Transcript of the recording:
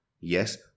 Yes